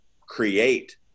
create